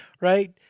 right